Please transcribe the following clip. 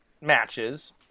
matches